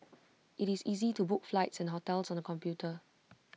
IT is easy to book flights and hotels on the computer